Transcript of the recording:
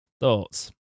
thoughts